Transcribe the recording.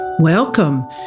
Welcome